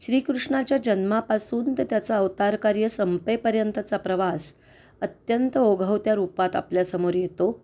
श्रीकृष्णाच्या जन्मापासून ते त्याचं अवतारकार्य संपेपर्यंतचा प्रवास अत्यंत ओघवत्या रूपात आपल्यासमोर येतो